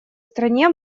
стране